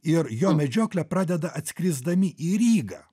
ir jo medžioklę pradeda atskrisdami į rygą